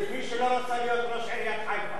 ככה ייעשה למי שלא רצה להיות ראש עיריית חיפה.